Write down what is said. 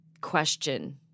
question